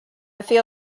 feel